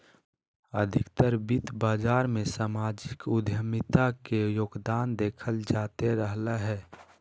अधिकतर वित्त बाजार मे सामाजिक उद्यमिता के योगदान देखल जाते रहलय हें